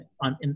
on